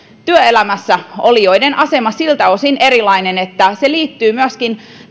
työelämässä olijoiden asema siltä osin erilainen että se liittyy myöskin